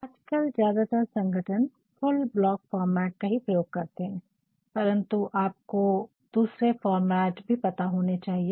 आजकल ज्यादातर संगठन फुल ब्लॉक फॉर्मेट का ही प्रयोग करते है परन्तु आपको दूसरे फॉर्मेट फॉर्मेट भी पता होने चाहिए